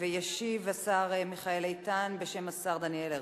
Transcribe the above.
ישיב השר מיכאל איתן בשם השר דניאל הרשקוביץ.